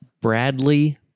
Bradley